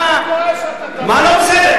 מה לא בסדר?